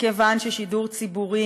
מכיוון ששידור ציבורי